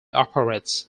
operates